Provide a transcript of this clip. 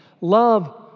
Love